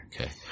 okay